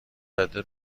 داده